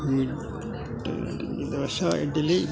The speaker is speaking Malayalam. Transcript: ദോശ ഇഡ്ഡലി